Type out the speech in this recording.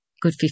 good